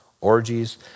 orgies